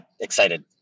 Excited